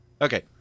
Okay